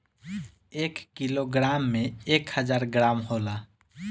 एक किलोग्राम में एक हजार ग्राम होला